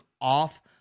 off